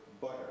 butter